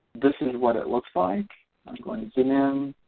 this is what it looks like i'm going to get in in